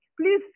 Please